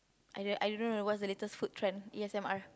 I don't I don't know what's the latest food trend A_S_M_R